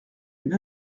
une